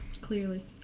Clearly